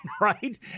right